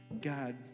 God